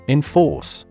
Enforce